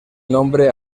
nombre